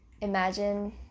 Imagine